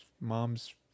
mom's